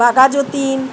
Baghajatin